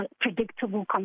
predictable